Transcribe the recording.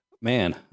man